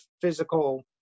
physical